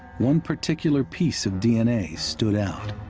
one particular piece of d n a. stood out.